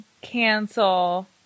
cancel